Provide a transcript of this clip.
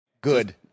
good